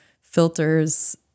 filters